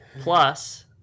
plus